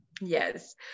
Yes